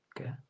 Okay